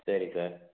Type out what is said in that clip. சரி சார்